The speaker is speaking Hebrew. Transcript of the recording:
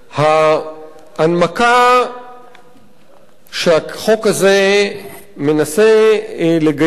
ההנמקה שהחוק הזה מנסה לגייס